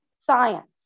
science